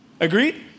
Agreed